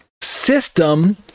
system